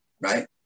right